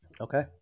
Okay